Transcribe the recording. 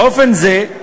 באופן זה,